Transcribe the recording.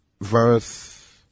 Verse